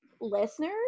Listeners